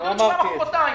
הרב גפני,